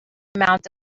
amount